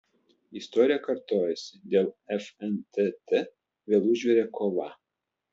istorija kartojasi dėl fntt vėl užvirė kova